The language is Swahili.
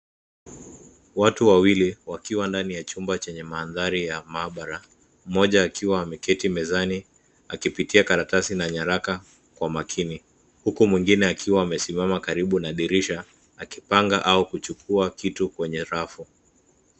Watu wawili wakiwa ndani ya chumba chenye mandhari ya maabara, mmoja akiwa ameketi mezani akipitia karatasi na nyaraka kwa makini. Huku mwingine akiwa amesimama karibu na dirisha, akipanga au akichukua kitu kwenye rafu.